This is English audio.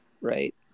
right